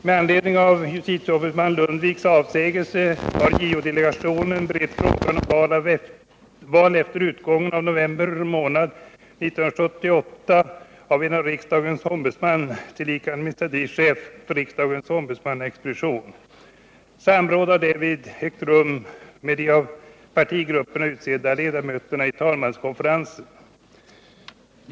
Med anledning av justitieombudsman Lundviks avsägelse har JO delegationen berett frågan om val efter utgången av november månad 1978 av en riksdagens ombudsman, tillika administrativ chef för riksdagens ombudsmannaexpedition. Samråd har därvid ägt rum med de av partigrupperna utsedda ledamöterna i talmanskonferensen.